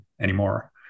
anymore